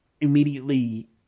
immediately